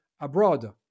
abroad